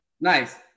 nice